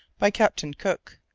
by captain cook.